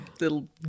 little